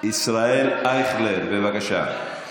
ישראל אייכלר, בבקשה.